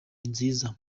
nziza